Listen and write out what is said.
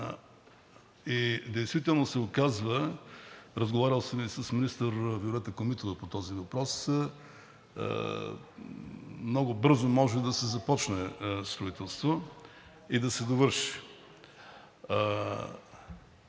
Действително се оказва, разговарял съм и с министър Виолета Комитова по този въпрос – много бързо може да се започне строителство и да се довърши.